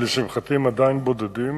ולשמחתי הם עדיין בודדים,